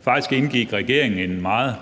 Faktisk indgik regeringen en meget